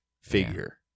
figure